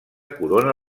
corona